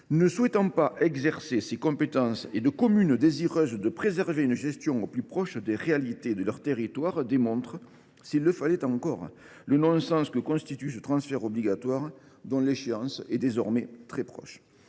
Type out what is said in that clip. ne souhaitant pas exercer ces compétences et de communes désireuses de préserver une gestion au plus proche des réalités de leur territoire démontre, s’il le fallait encore, le non sens que constitue ce transfert obligatoire dont l’échéance est désormais très proche.